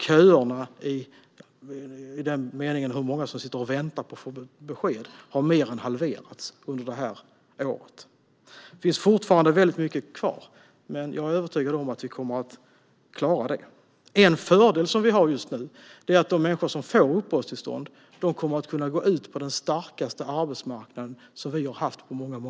Köerna, om man ser till hur många som sitter och väntar på att få besked, har mer än halverats under det här året. Det finns fortfarande väldigt mycket kvar, men jag är övertygad om att vi kommer att klara det. En fördel som vi har just nu är att de människor som får uppehållstillstånd kommer att kunna gå ut på den starkaste arbetsmarknaden som vi har haft på många år.